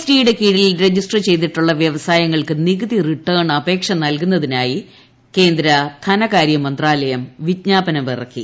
T യുടെ കീഴിൽ register ചെയ്തിട്ടുള്ള ന് വൃവസായങ്ങൾക്ക് നികുതി റിട്ടേൺ അപേക്ഷ നൽകുന്നതിനായി കേന്ദ്ര ധനകാര്യമന്ത്രാലയം വിജ്ഞാപനമിറക്കി